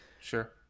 Sure